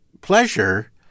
pleasure